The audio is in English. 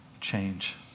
change